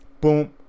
BOOM